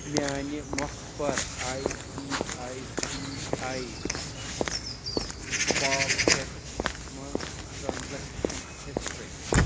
میٛانہِ مۄکھ پَر I C I C I پاکٮ۪ٹَس منٛز ٹرٛانزَکشَن ہِسٹِرٛی